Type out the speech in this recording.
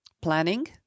planning